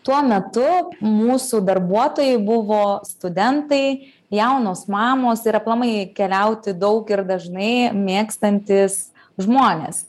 tuo metu mūsų darbuotojai buvo studentai jaunos mamos ir aplamai keliauti daug ir dažnai mėgstantys žmonės